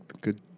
good